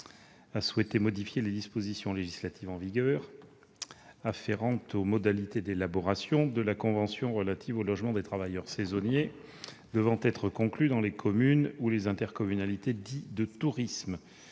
a souhaité modifier les dispositions législatives en vigueur afférentes aux modalités d'élaboration de la Convention relative au logement des travailleurs saisonniers devant être conclue dans les communes où les intercommunalités dites « de tourisme